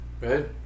right